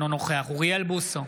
אינו נוכח אוריאל בוסו,